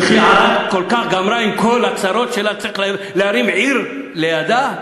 וכי בערד נגמרו כל הצרות שצריך להרים עיר לידה?